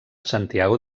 santiago